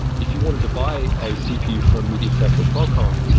if you wanted to buy a cpu for a mediatek, or qualcomm,